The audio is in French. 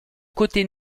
côté